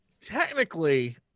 Technically